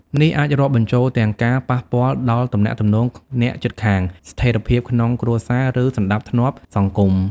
នេះអាចរាប់បញ្ចូលទាំងការប៉ះពាល់ដល់ទំនាក់ទំនងអ្នកជិតខាង ស្ថិរភាពក្នុងគ្រួសារ ឬសណ្តាប់ធ្នាប់សង្គម។